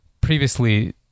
previously